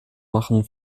machen